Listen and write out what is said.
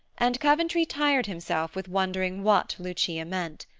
and coventry tired himself with wondering what lucia meant.